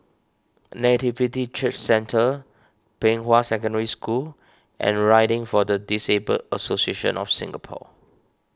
Nativity Church Centre Pei Hwa Secondary School and Riding for the Disabled Association of Singapore